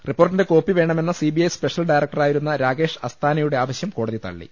റിപ്പോർട്ടിന്റെ കോപ്പി വേണമെന്ന CBI special ഡയറക്ടറായിരുന്ന രാകേഷ് അസ്താന യുടെ ആവശ്യം കോടതി തള്ളി